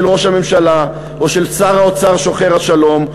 ראש הממשלה או של שר האוצר שוחר השלום,